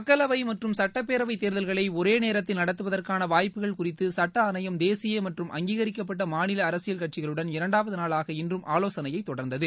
மக்களவை மற்றும் சுட்டப்பேரவை தேர்தல்களை ஒரே நேரத்தில் நடத்துவதற்கான வாய்ப்புக்கள் குறித்து சுட்ட ஆணையம் தேசிய மற்றும் அங்கீகரிக்கப்பட்ட மாநில அரசியல் கட்சிகளுடன் இரண்டாவது நாளாக இன்றும் ஆலோசனையை தொடர்ந்தது